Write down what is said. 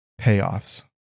payoffs